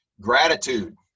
gratitude